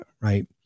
right